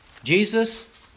Jesus